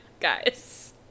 guys